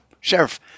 Sheriff